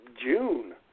June